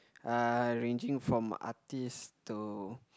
uh ranging from artiste to